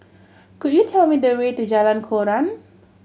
could you tell me the way to Jalan Koran